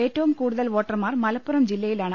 ഏറ്റവും കൂടുതൽ വോട്ടർമാർ മലപ്പുറം ജില്ലയിലാണ്